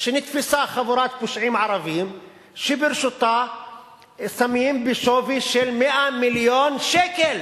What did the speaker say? שנתפסה חבורת פושעים ערבים שברשותה סמים בשווי 100 מיליון שקל.